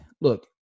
look